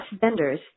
vendors